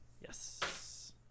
Yes